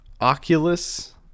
Oculus